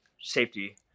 safety